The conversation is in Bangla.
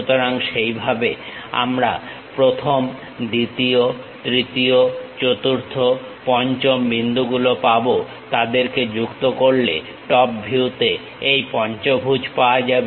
সুতরাং সেইভাবে আমরা 1ম 2 য় 3য় 4 র্থ 5ম বিন্দুগুলো পাবো তাদেরকে যুক্ত করলে টপ ভিউতে এই পঞ্চভুজ পাওয়া যাবে